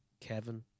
Kevin